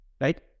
right